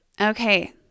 Okay